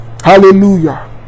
hallelujah